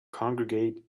congregate